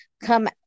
come